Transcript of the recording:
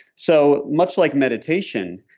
so much like meditation,